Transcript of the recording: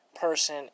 person